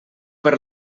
per